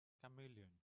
chameleon